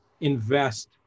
invest